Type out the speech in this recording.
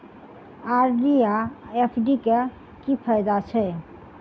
RD आ FD क की फायदा छै?